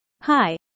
Hi